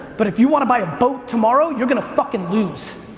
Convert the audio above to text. but if you want to buy a boat tomorrow you're going to fuckin' lose.